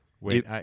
Wait